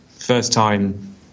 first-time